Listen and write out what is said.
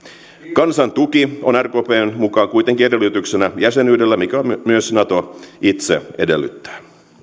kansan tuki on rkpn mukaan kuitenkin edellytyksenä jäsenyydelle mitä myös nato itse edellyttää